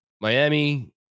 Miami